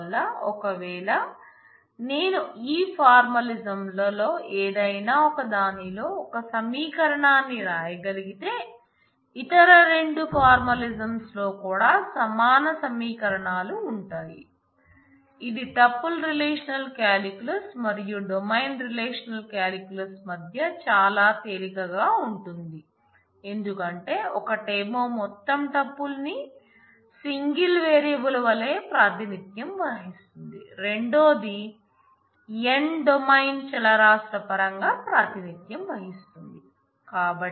అందువల్ల ఒకవేళ నేను ఈ ఫార్మాలిజమ్ ల్లో ఏదైనా ఒక దానిలో ఒక సమీకరణాన్ని రాయగలిగితే ఇతర రెండు ఫార్మాలిజమ్ ల్లో కూడా సమాన సమీకరణాలు ఉంటాయి ఇది టూపుల్ రిలేషనల్ కాలిక్యులస్ మరియు డొమైన్ రిలేషనల్ కాలిక్యులస్ మధ్య చాలా తేలికగా ఉంటుంది ఎందుకంటే ఒకటేమో మొత్తం టూపుల్ ని సింగిల్ వేరియబుల్ వలే ప్రాతినిధ్యం వహిస్తుంది రెండోది n డొమైన్ చలరాశుల పరంగా ప్రాతినిధ్యం వహిస్తుంది